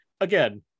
Again